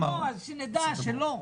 לא שנדע שלא.